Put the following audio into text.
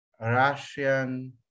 Russian